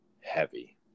heavy